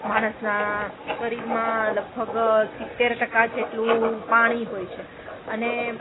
માણસના શરીરમાં લગભગ સિત્તેર ટકા જેટલું પાણી હોય છે અને